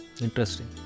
Interesting